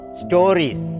stories